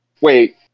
Wait